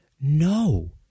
No